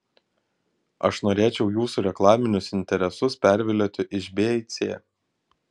aš norėčiau jūsų reklaminius interesus pervilioti iš b į c